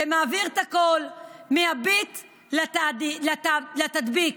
ומעביר הכול מהביט לתדביק.